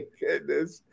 goodness